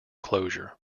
closure